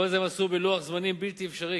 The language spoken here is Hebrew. את כל זה הם עשו בלוח זמנים בלתי אפשרי,